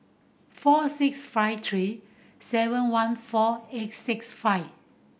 four six five three seven one four eight six five